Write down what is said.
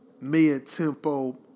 mid-tempo